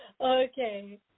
Okay